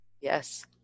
Yes